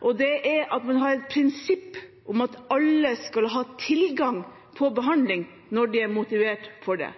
og det er at man har et prinsipp om at alle skal ha tilgang på behandling når de er motivert for det.